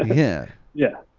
ah yeah. yeah,